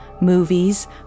movies